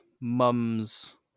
mum's